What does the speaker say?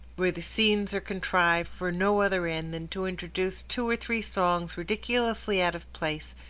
where the scenes are contrived for no other end than to introduce two or three songs ridiculously out of place,